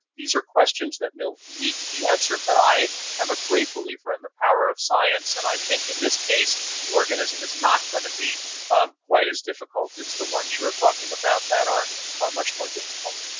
these are questions that will need to be answered, but i am a great believer in the power of science, and i think in this case the organism is not going to be quite as difficult as the ones you're talking about that are are much more difficult.